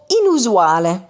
inusuale